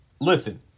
listen